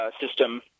system